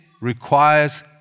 requires